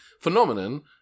phenomenon